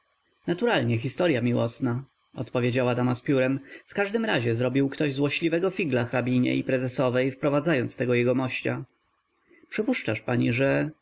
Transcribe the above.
naturalnie historya miłosna odpowiedziała dama z piórem w każdym razie zrobił ktoś złośliwego figla hrabinie i prezesowej wprowadzając tego jegomościa przypuszczasz pani że